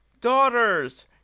Daughters